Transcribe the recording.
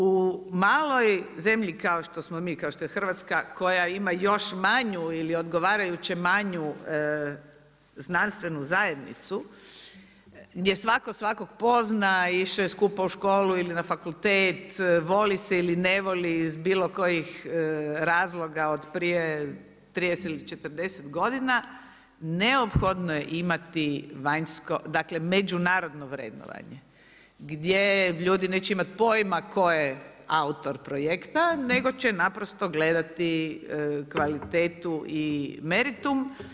U maloj zemlji kao što smo mi, kao što je Hrvatska koja ima još manju ili odgovarajuće manju znanstvenu zajednicu gdje svatko svakog pozna, išao je skupa u školu ili na fakultet, voli se ili ne voli iz bilo kojih razloga od prije 30 ili 40 godina neophodno je imati vanjsko, dakle međunarodno vrednovanje gdje ljudi neće imat pojma tko je autor projekta, nego će naprosto gledati kvalitetu i meritum.